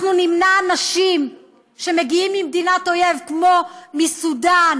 אנחנו נמנע מאנשים שמגיעים ממדינת אויב כמו סודאן,